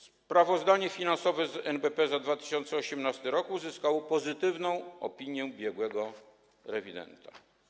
Sprawozdanie finansowe z NBP za 2018 r. uzyskało pozytywną opinię biegłego rewidenta.